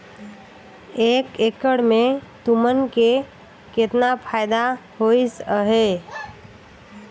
एक एकड़ मे तुमन के केतना फायदा होइस अहे